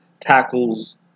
tackles